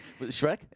Shrek